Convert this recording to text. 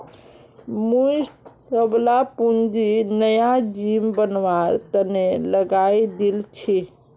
मुई सबला पूंजी नया जिम बनवार तने लगइ दील छि